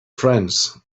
friends